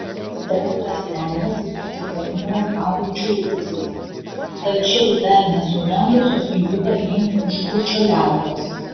t ląstelės susiformuoja kaulų čiulpuose tačiau dar nesubrendusios juda link užkrūčio liaukos